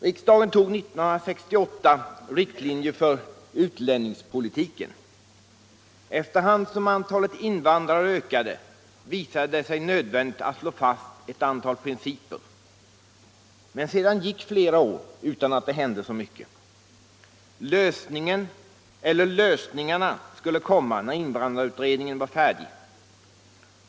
Riksdagen tog 1968 riktlinjer för utlänningspolitiken. Efterhand som antalet invandrare ökade visade det sig nödvändigt att slå fast ett antal principer. Men sedan gick flera år utan att det hände så mycket. Lösningen eller lösningarna skulle komma när invandrarutredningen var färdig.